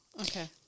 Okay